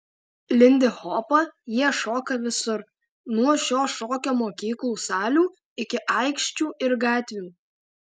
lindihopą jie šoka visur nuo šio šokio mokyklų salių iki aikščių ir gatvių